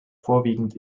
vorwiegend